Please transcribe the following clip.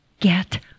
get